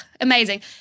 Amazing